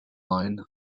line